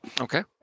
Okay